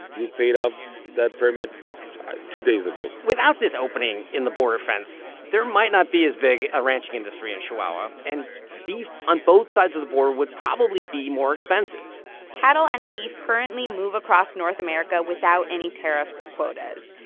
we paid off that permit two days ago without this opening in the border fence, there might not be as big a ranching industry in chihuahua, and beef on both sides of the border would probably be more expensive cattle and beef currently move across north america without any tariffs or quotas.